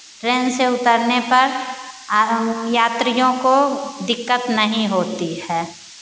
train से उतरने पर आम यात्रियों को दिक्कत नहीं होती है